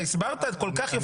אתה הסברת כל כך יפה,